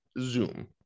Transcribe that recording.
Zoom